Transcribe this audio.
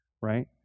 Right